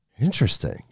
Interesting